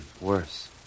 Worse